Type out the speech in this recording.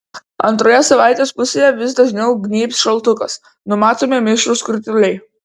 antroje savaitės pusėje vis dažniau gnybs šaltukas numatomi mišrūs krituliai